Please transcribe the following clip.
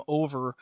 over